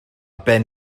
ben